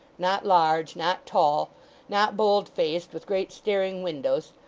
not large, not tall not bold-faced, with great staring windows,